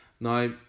Now